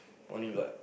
only got